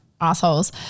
assholes